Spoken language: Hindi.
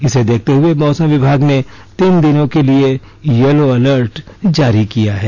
इसे देखते हए मौसम विभाग ने तीन दिनों के लिए यलो अलर्ट जारी किया है